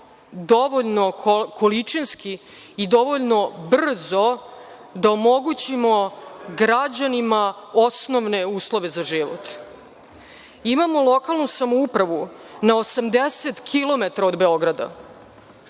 dovoljno količinski i dovoljno brzo da omogućimo građanima osnovne uslove za život. Imamo lokalnu samoupravu na 80 kilometara od Beograda,